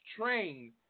Train